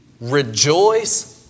rejoice